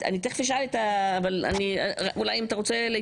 את אומרת שאנחנו מתעסקים רק בזה.